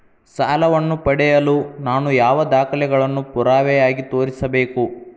ಸಾಲವನ್ನು ಪಡೆಯಲು ನಾನು ಯಾವ ದಾಖಲೆಗಳನ್ನು ಪುರಾವೆಯಾಗಿ ತೋರಿಸಬೇಕು?